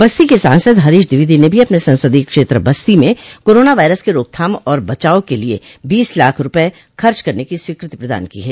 बस्ती के सांसद हरीश द्विवेदी ने भी अपने संसदीय क्षेत्र बस्ती म कोरोना वायरस के रोकथाम और बचाव के लिये बीस लाख रूपये खर्च करने की स्वीकृति प्रदान की है